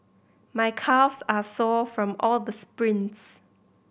my calves are sore from all the sprints